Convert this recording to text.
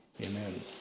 Amen